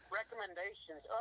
recommendations